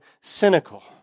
cynical